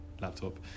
laptop